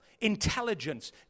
Intelligence